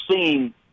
seen